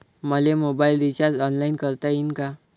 मले mobile recharge online करता येईन का?